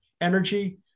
energy